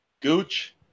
Gooch